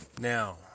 Now